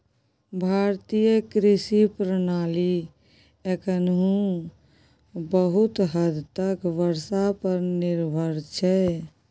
भारतीय कृषि प्रणाली एखनहुँ बहुत हद तक बर्षा पर निर्भर छै